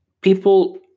people